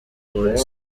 polisi